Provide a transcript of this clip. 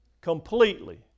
completely